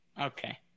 Okay